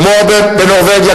כמו בנורבגיה,